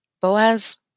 Boaz